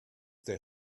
their